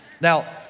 Now